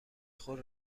خود